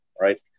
right